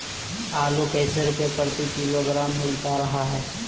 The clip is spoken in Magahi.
आलू कैसे रुपए प्रति किलोग्राम मिलता रहा है?